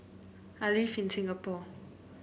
I live in Singapore